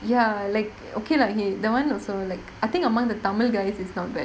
ya like okay lah he that [one] also like I think among the tamil guys it's not bad